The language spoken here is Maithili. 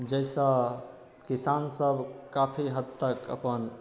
जाहिसँ किसान सब काफी हद तक अपन